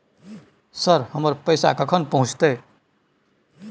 Sir, हमर पैसा कखन पहुंचतै?